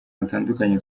hatandukanye